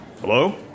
Hello